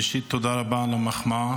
ראשית, תודה רבה על המחמאה,